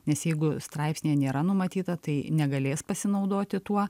nes jeigu straipsnyje nėra numatyta tai negalės pasinaudoti tuo